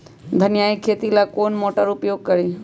धनिया के खेती ला कौन मोटर उपयोग करी?